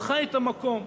הוא חי את המקום,